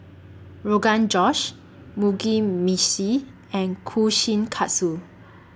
Rogan Josh Mugi Meshi and Kushikatsu